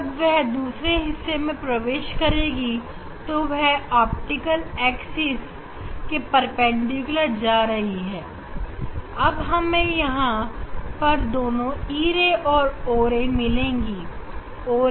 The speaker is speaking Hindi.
जब वह दूसरे हिस्से में प्रवेश करेगी तो वह ऑप्टिकल एक्सिस के परपेंडिकुलर जा रही है अब हमें यहां पर दोनों e ray और o ray मिलेंगे